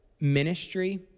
ministry